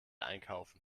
einkaufen